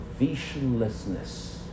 visionlessness